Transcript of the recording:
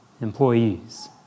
employees